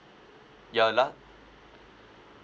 ya lah